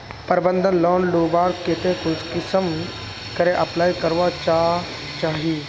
प्रबंधन लोन लुबार केते कुंसम करे अप्लाई करवा चाँ चची?